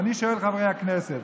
ואני שואל את חברי הכנסת: